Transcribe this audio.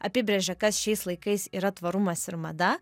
apibrėžė kas šiais laikais yra tvarumas ir mada